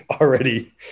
already